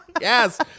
Yes